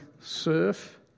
surf